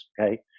Okay